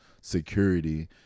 security